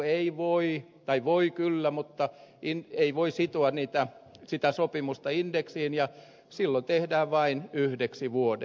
ei voi tai voi kyllä mutta ei voi sitoa sitä sopimusta indeksiin ja silloin tehdään vain yhdeksi vuodeksi